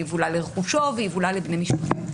יבולע לרכושו ויבולע לבני משפחתו,